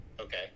Okay